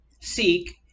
seek